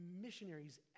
missionaries